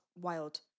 Wild